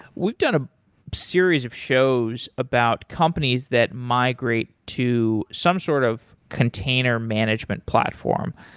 we've done a series of shows about companies that migrate to some sort of container management platform.